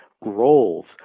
roles